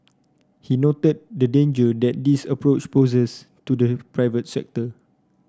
he noted the danger that this approach poses to the private sector